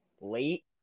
late